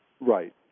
Right